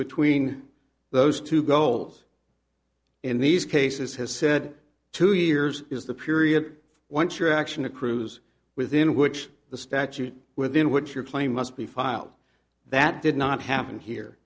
between those two goals in these cases has said two years is the period once your action accrues within which the statute within which your claim must be filed that did not happen here